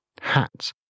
hats